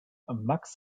max